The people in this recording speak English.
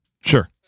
Sure